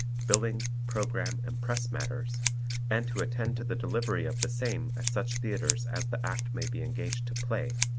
billing, program and press matters and to attend to the delivery of the same at such theatres as the act may be engaged to play,